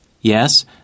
Yes